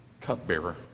cupbearer